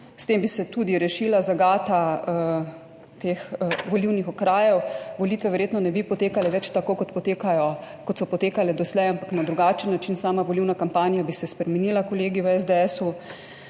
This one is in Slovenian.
S tem bi se tudi rešila zagata teh volilnih okrajev. Volitve verjetno ne bi potekale več tako kot potekajo, kot so potekale doslej, ampak na drugačen način; sama volilna kampanja bi se spremenila, kolegi v SDS-u.